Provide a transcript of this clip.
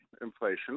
inflation